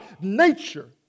nature